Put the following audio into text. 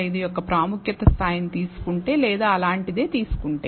025 యొక్క ప్రాముఖ్యత స్థాయిని తీసుకుంటే లేదా అలాంటిదే తీసుకుంటే